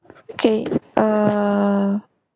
okay err